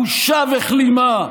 בושה וכלימה.